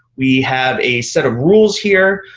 we have a set of rules here.